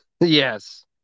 Yes